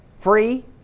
Free